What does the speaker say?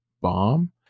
bomb